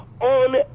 on